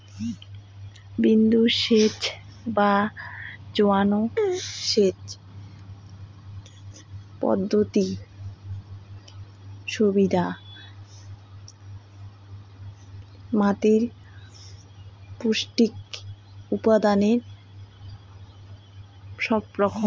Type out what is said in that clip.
বিন্দুসেচ বা চোঁয়ানো সেচ পদ্ধতির সুবিধা মাতীর পৌষ্টিক উপাদানের সংরক্ষণ